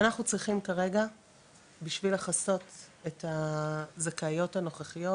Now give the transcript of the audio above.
אנחנו צריכים כרגע בשביל לכסות את הזכאיות הנוכחיות